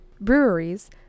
breweries